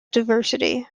diversity